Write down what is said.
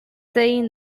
saying